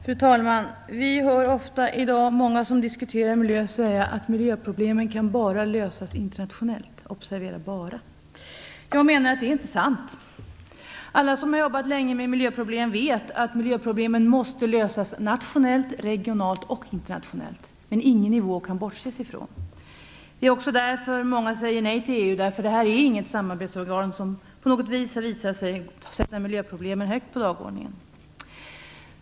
Fru talman! Vi hör i dag ofta många som diskuterar miljön säga att miljöproblemen bara kan lösas internationellt - observera: bara. Jag menar att det inte är sant. Alla som har arbetat länge med miljöproblem vet att de måste lösas nationellt, regionalt och internationellt. Man kan inte bortse från någon nivå. Det är också därför många säger nej till EU. Det är inte något samarbetsorgan som har visat sig sätta miljöproblemen högt upp på dagordningen.